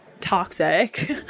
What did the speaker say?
toxic